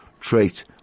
trait